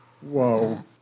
Whoa